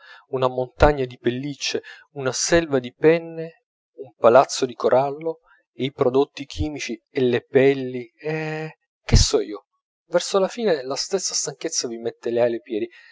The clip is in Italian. una montagna di pelliccie una selva di penne un palazzo di corallo e i prodotti chimici e le pelli e che so io verso la fine la stessa stanchezza vi